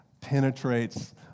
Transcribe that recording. penetrates